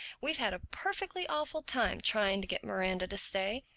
we've had a perfectly awful time trying to get miranda to stay.